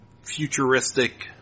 futuristic